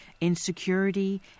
insecurity